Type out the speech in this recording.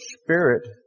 spirit